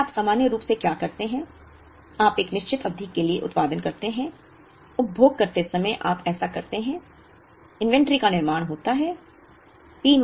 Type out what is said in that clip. इसलिए आप सामान्य रूप से क्या करते हैं आप एक निश्चित अवधि के लिए उत्पादन करते हैं उपभोग करते समय आप ऐसा करते हैं इन्वेंट्री का निर्माण होता है